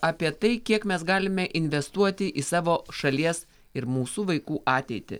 apie tai kiek mes galime investuoti į savo šalies ir mūsų vaikų ateitį